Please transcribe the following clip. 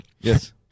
Yes